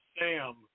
sam